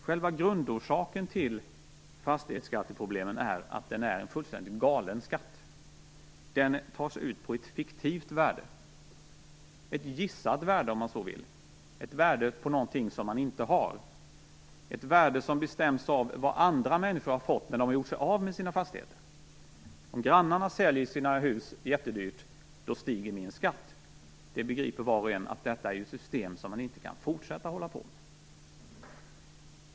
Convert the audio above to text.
Själva grundorsaken till fastighetsskatteproblemen är att fastighetsskatten är en fullständigt galen skatt. Den tas ut på ett fiktivt värde, ett gissat värde om man så vill, ett värde på någonting som man inte har, ett värde som bestäms av vad andra människor har fått när de har gjort sig av med sina fastigheter. Om grannarna säljer sina hus jättedyrt stiger min skatt. Var och en begriper att detta är ett system som man inte kan fortsätta med.